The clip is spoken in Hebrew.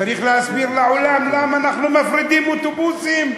צריך להסביר לעולם למה אנחנו מפרידים אוטובוסים.